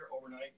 overnight